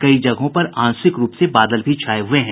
कई जगहों पर आंशिक रूप से बादल भी छाये हुये हैं